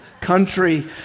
country